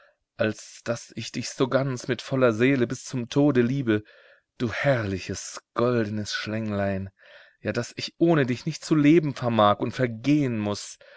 als daß ich dich so ganz mit voller seele bis zum tode liebe du herrliches goldenes schlänglein ja daß ich ohne dich nicht zu leben vermag und vergehen muß